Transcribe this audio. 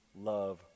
love